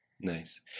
Nice